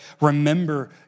remember